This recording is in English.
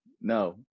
No